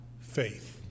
faith